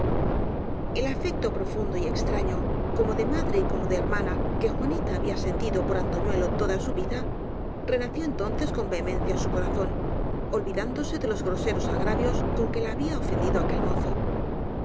el afecto profundo y extraño como de madre ó como de hermana que juanita había sentido por antoñuelo toda su vida renació entonces con ve hemencia en su corazón olvidándose de los gro seros agravios con que la había ofendido aquel mozo